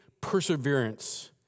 perseverance